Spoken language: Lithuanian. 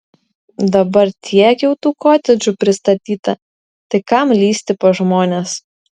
dabar tiek jau tų kotedžų pristatyta tai kam lįsti pas žmones